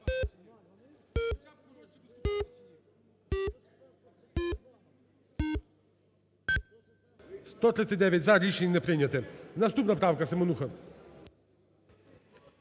За-139 Рішення не прийняте. Наступна правка, Семенуха.